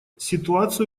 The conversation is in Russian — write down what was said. ситуацию